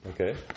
Okay